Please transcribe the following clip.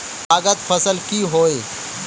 लागत फसल की होय?